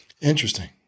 Interesting